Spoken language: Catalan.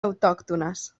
autòctones